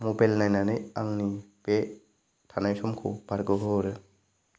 mobile नायनानै आंनि बे थानाय समखौ बारहोयो